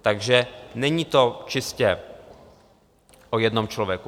Takže není to čistě o jednom člověku.